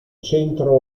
centro